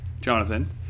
Jonathan